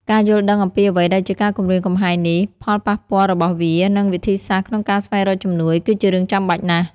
ការយល់ដឹងអំពីអ្វីដែលជាការគំរាមកំហែងនេះ ផលប៉ះពាល់របស់វា និងវិធីសាស្ត្រក្នុងការស្វែងរកជំនួយ គឺជារឿងចាំបាច់ណាស់។